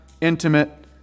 intimate